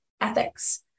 ethics